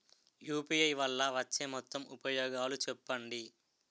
UPI వల్ల వచ్చే మొత్తం ఉపయోగాలు చెప్పండి?